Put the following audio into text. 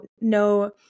no